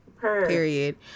period